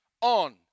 on